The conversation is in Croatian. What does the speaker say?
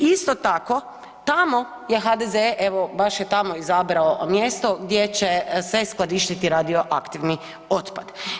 Isto tako tamo je HDZ evo baš je tamo izabrao mjesto gdje će se skladištiti radio aktivni otpad.